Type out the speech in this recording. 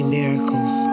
miracles